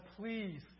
please